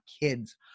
kids